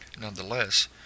Nonetheless